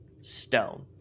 stone